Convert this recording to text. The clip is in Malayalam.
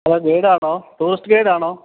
ഹലോ ഗൈഡ് ആണോ ടൂറിസ്റ്റ് ഗൈഡ് ആണോ